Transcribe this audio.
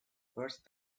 first